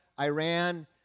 Iran